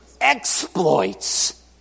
exploits